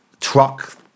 truck